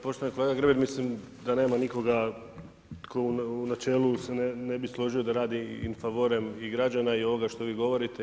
Poštovani kolega Grbin, mislim da nema nikoga tko u načelu se ne bi složio da radi in favorem i građana i ovoga što vi govorite.